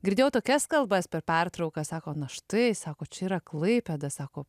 girdėjau tokias kalbas per pertrauką sako na štai sako čia yra klaipėda sako